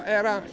era